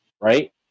Right